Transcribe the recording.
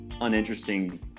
uninteresting